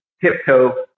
tiptoe